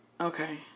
Okay